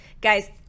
guys